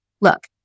look